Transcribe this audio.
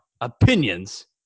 opinions